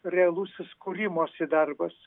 realusis kūrimosi darbas